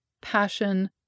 passion